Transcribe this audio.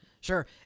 sure